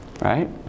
right